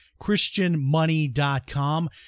ChristianMoney.com